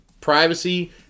privacy